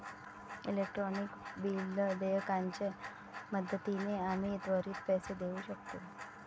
electronic bill देयकाच्या मदतीने आम्ही त्वरित पैसे देऊ शकतो